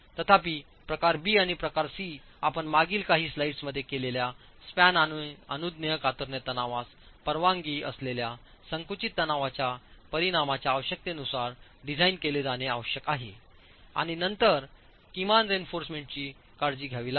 तथापि प्रकार बी आणि प्रकार सी आपण मागील काही स्लाइड्समध्ये केलेल्या स्पॅन आणि अनुज्ञेय कातरणे तणावास परवानगी असलेल्या संकुचित तणावाच्या परिणामाच्या आवश्यकतेनुसार डिझाइन केले जाणे आवश्यक आहे आणि नंतर किमान रीइन्फोर्समेंट ची काळजी घ्यावी लागेल